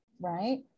right